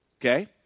Okay